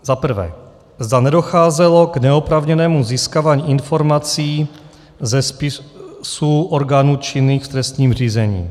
Za prvé zda nedocházelo k neoprávněnému získávání informací ze spisů orgánů činných v trestním řízení.